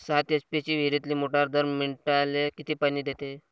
सात एच.पी ची विहिरीतली मोटार दर मिनटाले किती पानी देते?